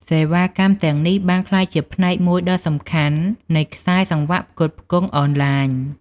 សេវាកម្មទាំងនេះបានក្លាយជាផ្នែកមួយដ៏សំខាន់នៃខ្សែសង្វាក់ផ្គត់ផ្គង់អនឡាញ។